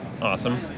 Awesome